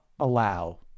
Allow